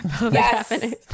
Yes